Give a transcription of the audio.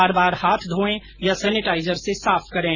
बार बार हाथ धोए या सेनेटाइजर से साफ करें